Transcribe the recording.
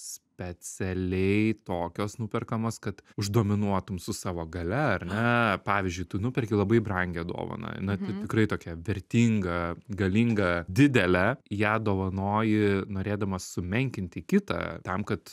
specialiai tokios nuperkamos kad uždominuotum su savo galia ar ne pavyzdžiui tu nuperki labai brangią dovaną na tikrai tokią vertingą galingą didelę ją dovanoji norėdamas sumenkinti kitą tam kad